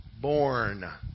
born